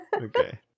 Okay